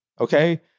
okay